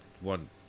one